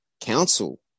council